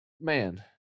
Man